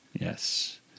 Yes